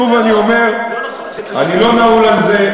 שוב אני אומר: אני לא נעול על זה.